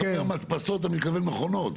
כשאתה אומר מדפסות אתה מתכוון מכונות.